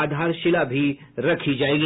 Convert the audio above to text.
आधारशिला भी रखी जायेगी